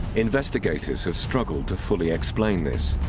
investigators have struggled to fully explain this.